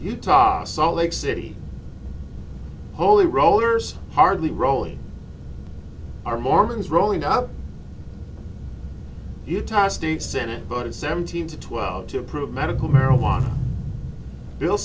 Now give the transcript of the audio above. utah's salt lake city holy rollers hardly rolling are mormons rolling up utah state senate voted seventeen to twelve to approve medical marijuana bill